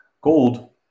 gold